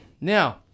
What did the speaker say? Now